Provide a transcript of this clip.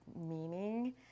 meaning